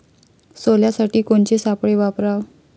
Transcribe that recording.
सोल्यासाठी कोनचे सापळे वापराव?